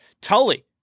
Tully